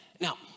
Now